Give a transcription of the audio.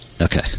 Okay